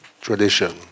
tradition